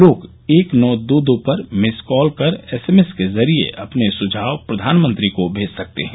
लोग एक नौ दो दो पर मिस कॉल कर एसएमएस के जरिए अपने सुझाव प्रधानमंत्री को भेज सकते हैं